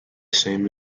same